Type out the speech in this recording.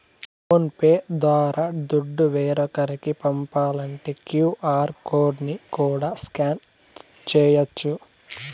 phone pay ద్వారా దుడ్డు వేరోకరికి పంపాలంటే క్యూ.ఆర్ కోడ్ ని కూడా స్కాన్ చేయచ్చు